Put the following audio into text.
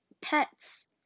pets